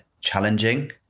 challenging